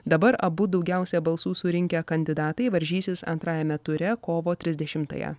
dabar abu daugiausia balsų surinkę kandidatai varžysis antrajame ture kovo trisdešimtąją